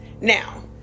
Now